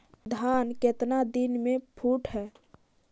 धान केतना दिन में फुट है?